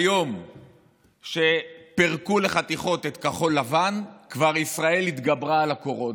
ביום שפירקו לחתיכות את כחול לבן ישראל כבר התגברה על הקורונה.